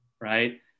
Right